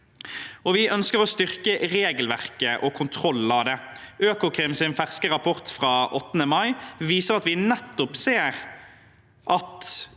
Vi ønsker å styrke regelverket og kontrollen av det. Økokrims ferske rapport fra 8. mai viser at vi nettopp ser at